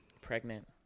Pregnant